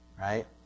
Right